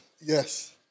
Yes